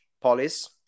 police